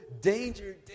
danger